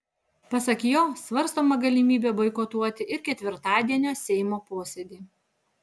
pasak jo svarstoma galimybė boikotuoti ir ketvirtadienio seimo posėdį